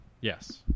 Yes